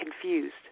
confused